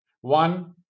One